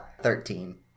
thirteen